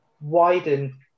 widen